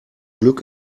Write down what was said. glück